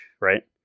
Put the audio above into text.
right